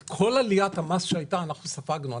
את כל עליית המס שהייתה אנחנו ספגנו.